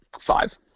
Five